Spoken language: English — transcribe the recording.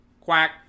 Quack